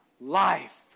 life